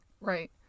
Right